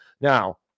Now